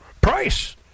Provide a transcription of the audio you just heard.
price